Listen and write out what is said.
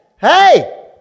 hey